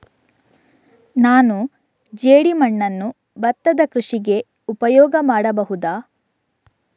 ನಾನು ಜೇಡಿಮಣ್ಣನ್ನು ಭತ್ತದ ಕೃಷಿಗೆ ಉಪಯೋಗ ಮಾಡಬಹುದಾ?